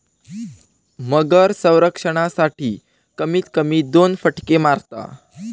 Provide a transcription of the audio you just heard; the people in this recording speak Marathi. मगर संरक्षणासाठी, कमीत कमी दोन फटके मारता